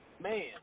man